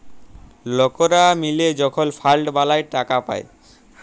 লকরা মিলে যখল ফাল্ড বালাঁয় টাকা পায়